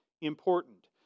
important